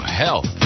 health